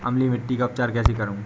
अम्लीय मिट्टी का उपचार कैसे करूँ?